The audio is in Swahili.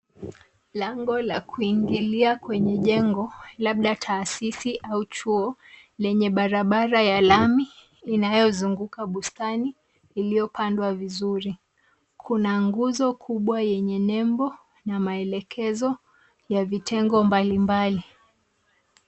Lango la kuingilia kwenye jengo, labda taasisi au chuo ,lenye barabara ya lami ,inayozunguka bustani, iliyopandwa vizuri. Kuna nguzo kubwa yenye nembo, na maelekezo ya vitengo mbali mbali.